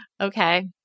Okay